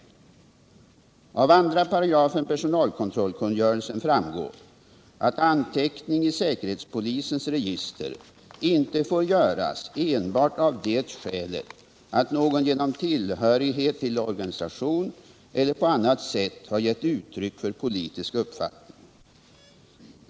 Av 2§ personalkontrollkungörelsen framgår att anteckning i säkerhetspolisens register inte får göras enbart av det skälet att någon genom tillhörighet till organisation eller på annat sätt har gett uttryck för politisk uppfattning.